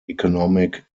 economic